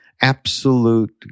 Absolute